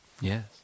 Yes